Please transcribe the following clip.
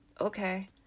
Okay